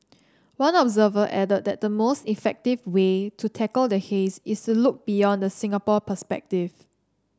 one observer added that the most effective way to tackle the haze is to look beyond the Singapore perspective